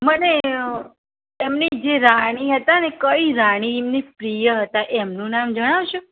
મને એમની જે રાણી હતાંને કઈ રાણી એમની પ્રિય હતાં એમનું નામ જણાવશો